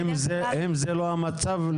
אם זה לא המצב,